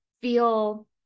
feel